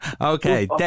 okay